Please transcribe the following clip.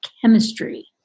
chemistry